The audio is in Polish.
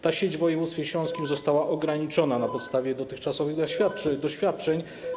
Ta sieć w województwie śląskim została ograniczona na podstawie dotychczasowych doświadczeń.